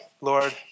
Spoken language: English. Lord